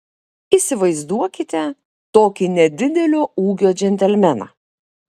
įsivaizduokite tokį nedidelio ūgio džentelmeną